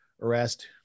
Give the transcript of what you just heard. arrest